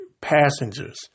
passengers